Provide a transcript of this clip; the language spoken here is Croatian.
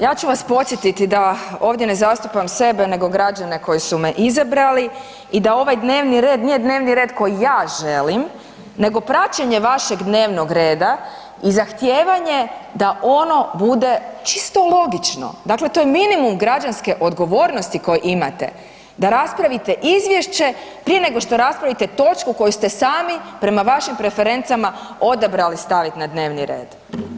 Ja ću vas podsjetiti da ovdje ne zastupam sebe nego građane koji su me izabrali i da ovaj dnevni red nije dnevni red koji ja želim nego praćenje vašeg dnevnog reda i zahtijevanje d ono budu čisto logično, dakle to je minimum građanske odgovornosti koju imate da raspravite izvješće prije nego što raspravite točku koju ste sami prema vašim preferencama odabrali staviti na dnevni red.